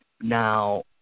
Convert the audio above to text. Now